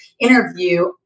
interview